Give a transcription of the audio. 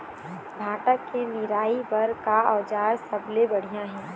भांटा के निराई बर का औजार सबले बढ़िया ये?